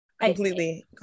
Completely